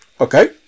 Okay